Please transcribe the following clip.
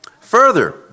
Further